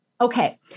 Okay